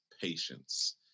patience